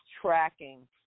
tracking